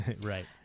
right